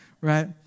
right